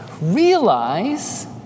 realize